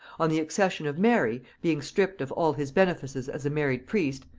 on the accession of mary, being stripped of all his benefices as a married priest,